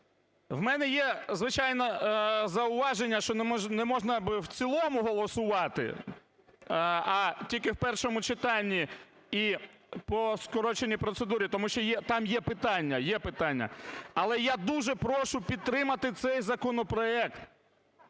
У мене є, звичайно, зауваження, що неможна в цілому голосувати, а тільки в першому читанні і по скороченій процедурі, тому що там є питання, є питання. Але я дуже прошу підтримати цей законопроект.